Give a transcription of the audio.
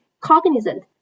cognizant